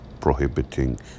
prohibiting